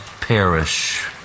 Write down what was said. perish